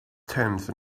tense